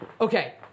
Okay